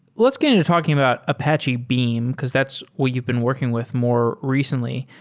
let's get into talking about apache beam, because that's what you've been working with more recently.